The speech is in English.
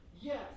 Yes